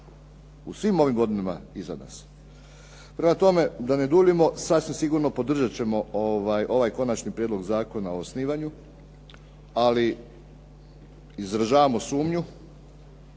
u svim ovim godinama iza nas. Prema tome, da ne duljimo, sasvim sigurno podržati ćemo ovaj konačni prijedlog zakona o osnivanju, ali izražavamo sumnju